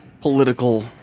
political